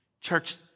Church